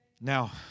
Now